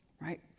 Right